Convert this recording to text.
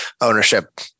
ownership